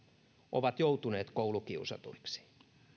ovat joutuneet koulukiusatuiksi